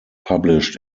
published